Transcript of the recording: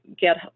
get